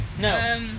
No